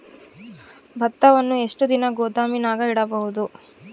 ಭತ್ತವನ್ನು ಎಷ್ಟು ದಿನ ಗೋದಾಮಿನಾಗ ಇಡಬಹುದು?